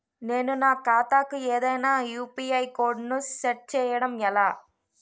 నేను నా ఖాతా కు ఏదైనా యు.పి.ఐ కోడ్ ను సెట్ చేయడం ఎలా?